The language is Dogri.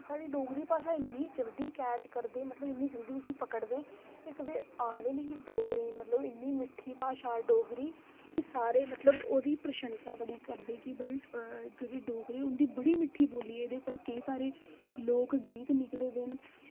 साढ़ी डोगरी भाशा इन्नी जल्दी कैच करदे मतलब कि उसी इन्नी जल्दी पकड़दे इक ते आखदे न कि डोगरी इक बड़ी मिट्ठी भाशा ऐ डोगरी ते सारे मतलब ओह्दी प्रशंसा बड़ी करदे जेह्ड़ी डोगरी एह् बड़ी मिट्ठी बोली एह्दे पर केईं सारे लोकगीत निकले दे न